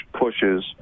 pushes